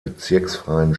bezirksfreien